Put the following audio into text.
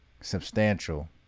substantial